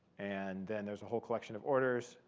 and then there's a whole collection of orders.